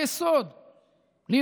אותך,